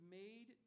made